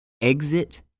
Exit